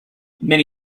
many